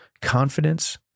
confidence